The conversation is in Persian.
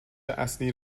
اصلی